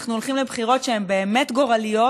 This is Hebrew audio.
אנחנו הולכים לבחירות שהן באמת גורליות,